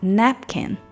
napkin